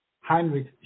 Heinrich